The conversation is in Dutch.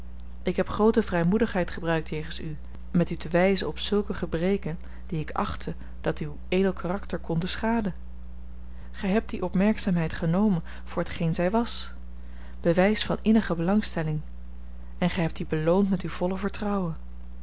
ik heb groote vrijmoedigheid gebruikt jegens u met u te wijzen op zulke gebreken die ik achtte dat uw edel karakter konden schaden gij hebt die opmerkzaamheid genomen voor t geen zij was bewijs van innige belangstelling en gij hebt die beloond met uw volle vertrouwen